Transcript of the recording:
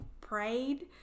prayed